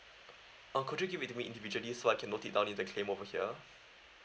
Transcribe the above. oh could you give it to me individually so I can note it down in the claim over here